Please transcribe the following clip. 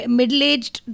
middle-aged